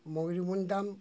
মুগুরি বুনতাম